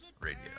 Radio